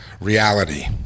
reality